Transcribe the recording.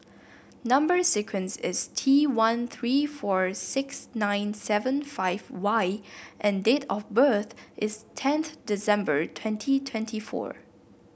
number sequence is T one three four six nine seven five Y and date of birth is tenth December twenty twenty four